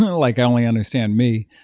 like i only understand me.